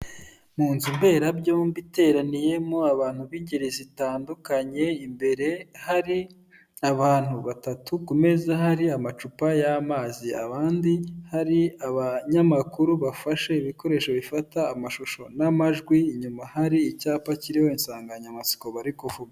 Mu nzu mberabyombi iteraniyemo abantu b'ingeri zitandukanye, imbere hari abantu batatu ku meza hari amacupa y'amazi, abandi hari abanyamakuru bafashe ibikoresho bifata amashusho n'amajwi, inyuma hari icyapa kiriho insanganyamatsiko bari kuvuga.